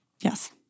Yes